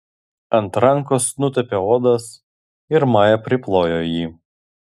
ant rankos nutūpė uodas ir maja priplojo jį